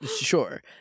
Sure